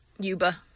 Yuba